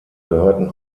gehörten